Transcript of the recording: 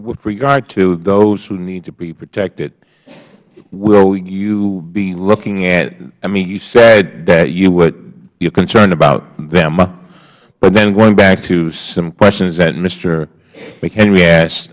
with regard to those who need to be protected will you be looking at you said that you would you're concerned about them but then going back to some questions that mr hmchenry asked